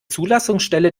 zulassungsstelle